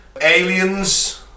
Aliens